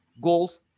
goals